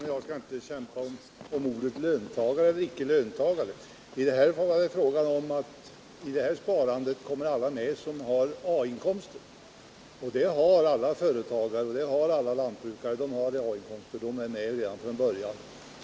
Herr talman! Ekonomiministern och jag skall inte kämpa om ordet löntagare. I det nu föreslagna sparandet skall alla komma med som har A inkomst, och det har alla företagare och alla lantbrukare. De är alltså med redan från början.